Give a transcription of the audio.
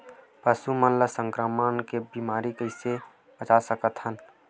पशु मन ला संक्रमण के बीमारी से कइसे बचा सकथन?